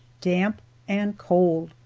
damp and cold.